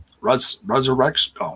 Resurrection